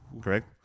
Correct